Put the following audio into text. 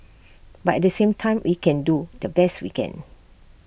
but at the same time we can do the best we can